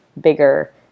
bigger